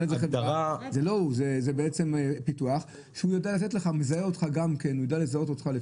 זה פיתוח שהוא מזהה אותך, יודע לזהות אותך.